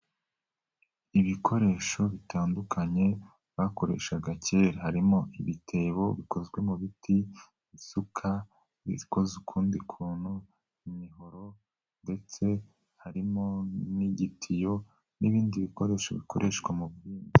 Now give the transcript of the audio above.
Ibikoresho bitandukanye bakoreshaga kera, harimo ibitebo bikozwe mu biti, isuka ikozez ukundi kuntu, imihoro ndetse harimo n'igitiyo n'ibindi bikoresho bikoreshwa mu bindi.